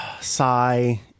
Sigh